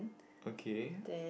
okay